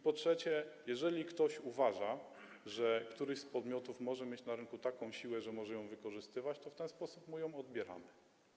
Po trzecie, jeżeli ktoś uważa, że któryś z podmiotów może mieć na rynku taką siłę, że może ją wykorzystywać, to w ten sposób mu ją odbieramy.